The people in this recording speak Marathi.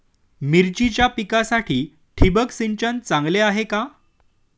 मिरचीच्या पिकासाठी ठिबक सिंचन चांगले आहे का?